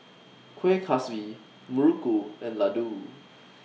Kuih Kaswi Muruku and Laddu